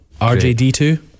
RJD2